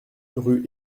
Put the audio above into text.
rue